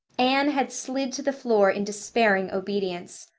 anne had slid to the floor in despairing obedience.